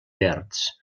verds